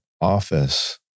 office